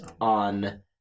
on